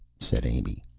said amy.